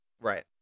Right